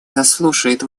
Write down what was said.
заслушает